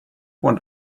want